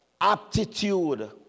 aptitude